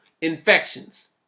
infections